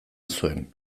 zuen